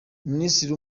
minisitiri